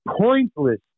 pointless